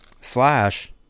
Slash